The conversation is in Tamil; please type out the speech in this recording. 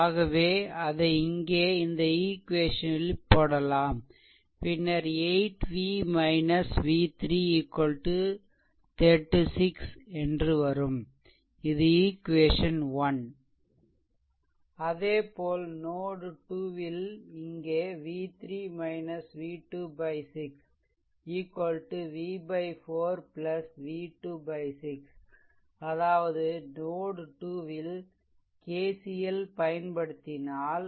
ஆகவே அதை இங்கே இந்த ஈக்வேசனில் போடலாம் பின்னர் 8 v v3 36 என்று வரும் இது ஈக்வேசன் 1 அதேபோல் நோட்2 ல் இங்கே v3 v2 6 v 4 v2 6 அதாவது நோட் 2 ல் KCL பயன்படுத்தினால்